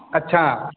ਅੱਛਾ